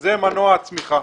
זה מנוע הצמיחה.